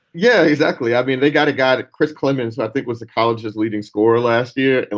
yeah. exactly i mean, they got a guy to chris clements i think was the college's leading scorer last year. and